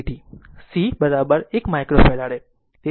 C 1 માઇક્રોફેરાડે